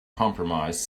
compromise